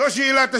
זו שאלת השאלות.